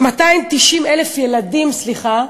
290,000 ילדים, סליחה,